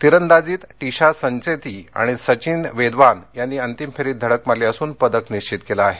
तिरंदाजीत टिशा संघेती आणि सधिन वेदवान यांनी अंतिम फेरीत धडक मारली असुन पदक निश्वित केलं आहे